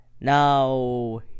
Now